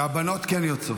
והבנות כן יוצאות.